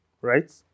Right